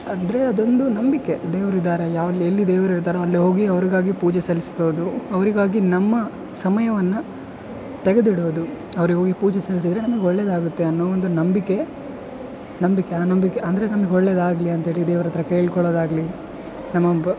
ಅಂದರೆ ಅದೊಂದು ನಂಬಿಕೆ ದೇವ್ರು ಇದ್ದಾರೆ ಯಾವಾಗಲು ಎಲ್ಲಿ ದೇವ್ರು ಇರ್ತಾರೋ ಅಲ್ಲಿ ಹೋಗಿ ಅವ್ರಿಗಾಗಿ ಪೂಜೆ ಸಲ್ಲಿಸಬೋದು ಅವರಿಗಾಗಿ ನಮ್ಮ ಸಮಯವನ್ನು ತೆಗದಿಡೋದು ಅವ್ರಿಗೆ ಹೋಗಿ ಪೂಜೆ ಸಲ್ಲಿಸಿದರೆ ನಮಗೆ ಒಳ್ಳೇದಾಗುತ್ತೆ ಅನ್ನೋ ಒಂದು ನಂಬಿಕೆ ನಂಬಿಕೆ ಆ ನಂಬಿಕೆ ಅಂದರೆ ನಮಗೆ ಒಳ್ಳೆದಾಗಲಿ ಅಂಥೇಳಿ ದೇವರತ್ರ ಕೇಳ್ಕೊಳ್ಳೋದು ಆಗಲಿ ನಮ್ಮ ಹಬ್ಬ